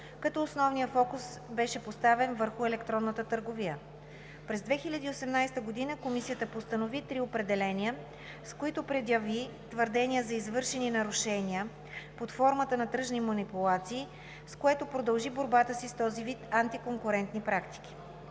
като основният фокус беше поставен върху електронната търговия. През 2018 г. Комисията постанови три определения, с които предяви твърдения за извършени нарушения под формата на тръжни манипулации, с което продължи борбата си с този вид антиконкурентни практики.